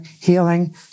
healing